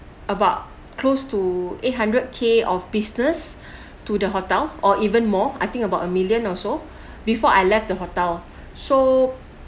about close to eight hundred K of business to the hotel or even more I think about a million also before I left the hotel so